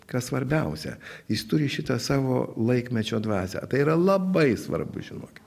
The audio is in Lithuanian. kas svarbiausia jis turi šitą savo laikmečio dvasią a tai yra labai svarbu žinokit